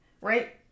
right